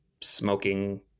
smoking